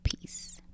Peace